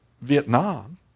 Vietnam